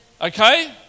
okay